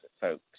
folks